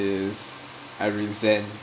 is I resent